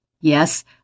Yes